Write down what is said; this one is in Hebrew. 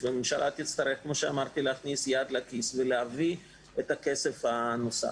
והממשלה תצטרך להכניס יד לכיס ולהביא את הכסף הנוסף.